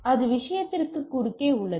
அது விஷயத்திற்கு குறுக்கே உள்ளது